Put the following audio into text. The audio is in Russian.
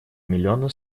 миллиона